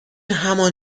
همان